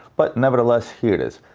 but nevertheless, here it is.